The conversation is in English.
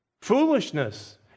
Foolishness